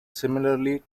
similarly